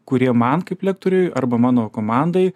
kurie man kaip lektoriui arba mano komandai